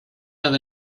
have